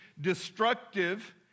destructive